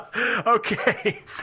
Okay